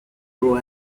grow